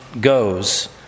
goes